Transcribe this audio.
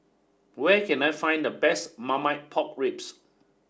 where can I find the best Marmite Pork Ribs